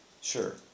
Sure